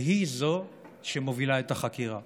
והיא שמובילה את החקירה.